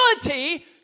ability